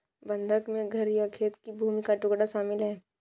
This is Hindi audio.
बंधक में घर या खेत की भूमि का टुकड़ा शामिल है